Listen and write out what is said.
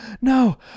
no